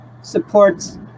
supports